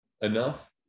enough